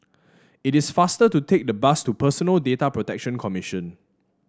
it is faster to take the bus to Personal Data Protection Commission